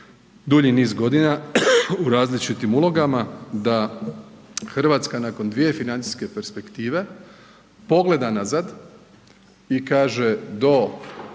dulji niz godina u različitim ulogama, da Hrvatska nakon dvije financijske perspektive pogleda nazad i kaže do 1.